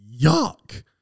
yuck